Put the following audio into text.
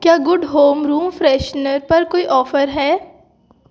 क्या good home room freshener पर कोई ऑफर है